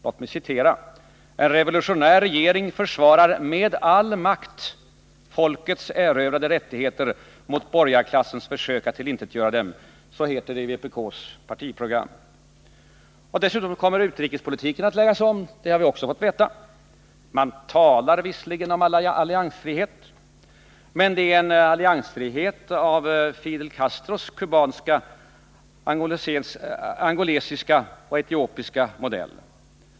Låt mig citera ur vpk:s partiprogram: ”En revolutionär regering försvarar med all makt folkets erövrade rättigheter mot borgarklassens försök att tillintetgöra dem.” Dessutom kommer utrikespolitiken att läggas om. Även det har vi fått veta. Man talar visserligen om alliansfrihet, men det är en alliansfrihet av Fidel Castros kubanska, angolanska och etiopiska modell.